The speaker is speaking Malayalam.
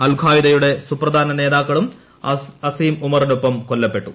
അൽ കയ്ദയുടെ സുപ്രധാന നേതാക്കളും അസിം ഉമറിനൊപ്പം കൊല്ലപ്പെട്ടു